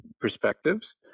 perspectives